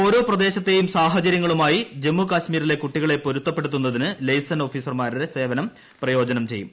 ഓരോ പ്രദേശത്തെയും സാഹചര്യങ്ങളു മായി ജമ്മുകാശ്മീരിലെ കുട്ടികളെ പൊരുത്തപ്പെടുത്തുന്നതിന് ലെയ്സൻ ഓഫീസർമാരുടെ സേവനം പ്രയോജനം ചെയ്യും